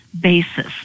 basis